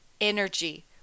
energy